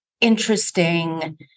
interesting